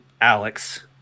Alex